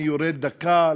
אני יורד לדקה,